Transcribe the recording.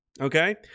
okay